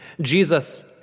Jesus